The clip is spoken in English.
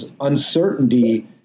uncertainty